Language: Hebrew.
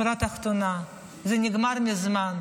שורה תחתונה: זה נגמר מזמן,